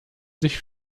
sich